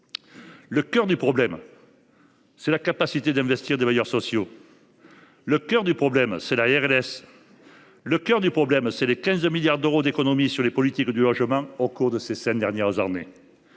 Le cœur du problème, c’est la capacité d’investissement des bailleurs sociaux. Le cœur du problème, c’est la RLS. Le cœur du problème, ce sont les 15 milliards d’euros économisés sur les politiques du logement au cours des cinq dernières années.